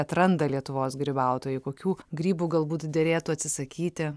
atranda lietuvos grybautojai kokių grybų galbūt derėtų atsisakyti